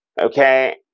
Okay